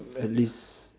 at least